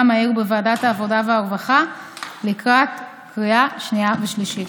המהיר בוועדת העבודה והרווחה לקראת קריאה שנייה ושלישית.